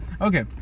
okay